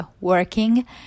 working